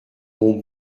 mon